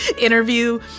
interview